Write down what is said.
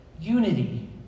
unity